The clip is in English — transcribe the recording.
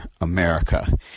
America